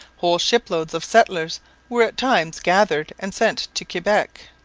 whole shiploads of settlers were at times gathered and sent to quebec.